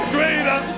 Greater